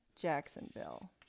Jacksonville